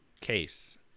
case